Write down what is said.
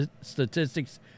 statistics